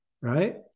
right